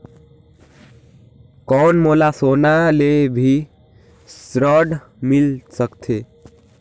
कौन मोला सोना ले भी ऋण मिल सकथे?